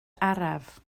araf